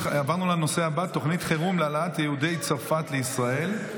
עברנו לנושא הבא: תוכנית חירום להעלאת יהודי צרפת לישראל,